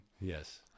Yes